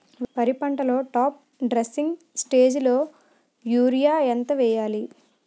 వరి పంటలో top dressing స్టేజిలో యూరియా ఎంత వెయ్యాలి?